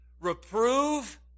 reprove